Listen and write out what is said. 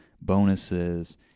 bonuses